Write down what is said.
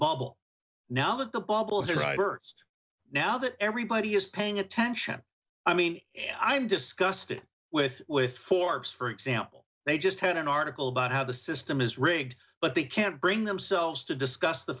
bubble now that the bubble derailleurs now that everybody is paying attention i mean i'm disgusted with with forbes for example they just had an article about how the system is rigged but they can't bring themselves to discuss the